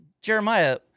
Jeremiah